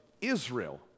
Israel